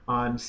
on